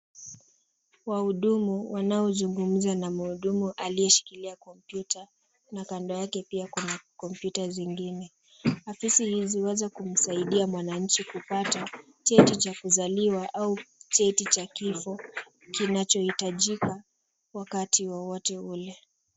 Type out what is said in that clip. Wahudumu wanaozungumza na mhudumu aliyeshikilia kompyuta na kando yake pia kuna kompyuta zingine. Afisi hizi huweza kumsaidia mwananchi kupata cheti cha kuzaliwa au cheti cha kifo kinachohitajika wakati wowote ule.